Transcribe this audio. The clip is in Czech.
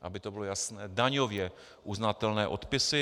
Aby to bylo jasné daňově uznatelné odpisy.